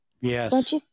Yes